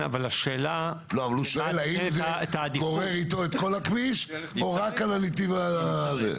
אבל הוא שואל האם זה קורה איתו את כל הכביש או רק על הנתיב הזה?